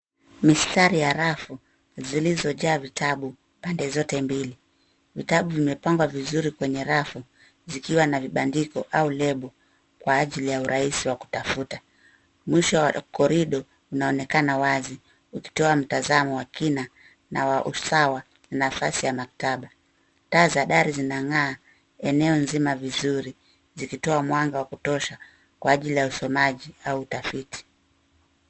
Mistari ya rafu zilizojaa vitabu pande zote mbili, vitabu vimepangwa vizuri kwenye rafu, zikiwa na vibandiko au lebo kwa ajili ya urahisi wa kutafuta. Mwisho wa corridor unaonekana wazi ukitoa mtazamo wa kina na wa usawa nafasi ya maktaba. Taa za dari zinang'aa eneo nzima vizuri, zikitoa mwanga wa kutosha kwa ajili ya usomaji au utafiti.